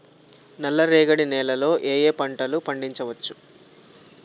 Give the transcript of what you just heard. నల్లరేగడి నేల లో ఏ ఏ పంట లు పండించచ్చు?